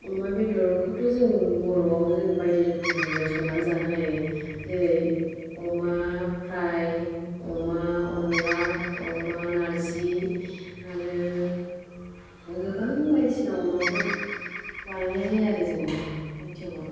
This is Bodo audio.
अमा बेदरखौथ' जों बर'आव जों बायदि रोखोम जों संनानै जानो हायो जेरै अमा फ्राय अमा अनला अमा नारजि आरो गोबां बायदिसिना अमाखौ बानायनाय जायो आरो जोङो आयटेमाव